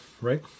right